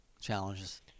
challenges